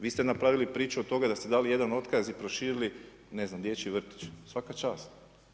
Vi ste napravili priču od toga da ste dali jedan otkaz i proširili ne znam dječji vrtić, svaka čast.